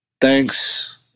Thanks